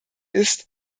ist